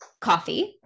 coffee